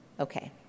Okay